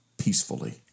peacefully